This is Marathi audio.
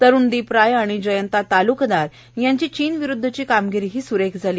तरुणदीप राय आणि जयंता तालुकदार यांची चीनविरुद्धची कामगिरीही सुरख्व झाली